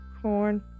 Corn